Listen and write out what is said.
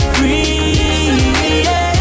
Free